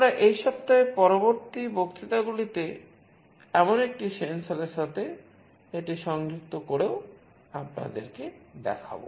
আমরা এই সপ্তাহে পরবর্তী বক্তৃতা গুলিতে এমন একটি সেন্সরের সাথে এটি সংযুক্ত করেও আপনাদের কে দেখাব